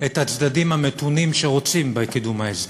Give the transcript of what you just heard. את הצדדים המתונים, שרוצים בקידום ההסדר.